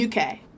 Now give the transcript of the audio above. UK